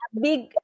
big